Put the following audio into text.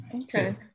okay